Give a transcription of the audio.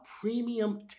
premium